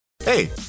Hey